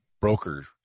broker